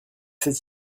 cet